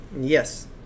Yes